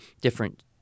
different